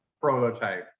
prototype